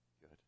Good